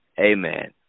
amen